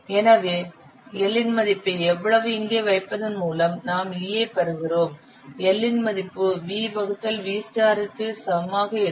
எனவே L இன் மதிப்பை எவ்வளவு இங்கே வைப்பதன் மூலம் நாம் E ஐப் பெறுகிறோம் L இன் மதிப்பு V வகுத்தல் V க்கு சமமாக இருக்கும்